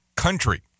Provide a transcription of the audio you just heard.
country